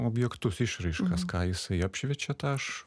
objektus išraiškas ką jisai apšviečia tą aš